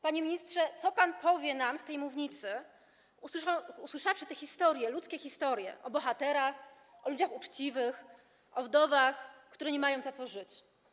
Panie ministrze, co pan powie nam z tej mównicy, usłyszawszy te historie, ludzkie historie, o bohaterach, o ludziach uczciwych, o wdowach, które nie mają za co żyć?